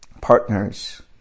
partners